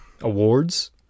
Awards